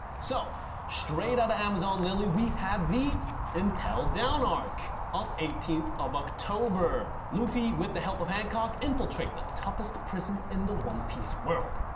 so straight outta amazon lily arc we have the impel down arc on eighteenth of october. luffy with the help of hancock, infiltrate the toughest prison in the one piece world,